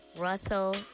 Russell